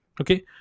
okay